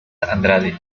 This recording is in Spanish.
andrade